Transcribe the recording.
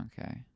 okay